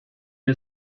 you